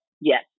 Yes